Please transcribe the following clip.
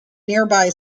nearby